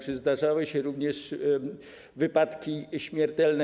Czy zdarzały się również wypadki śmiertelne?